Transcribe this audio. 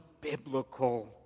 biblical